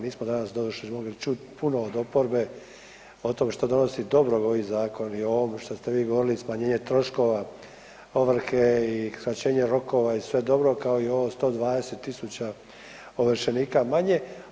Mi smo danas doduše mogli čut puno od oporbe od toga što donosi dobro ovaj zakon i o ovome što ste vi govorili smanjenje troškova ovrhe i skraćenja rokova i sve dobro kao i ovo 12.000 ovršenika manje.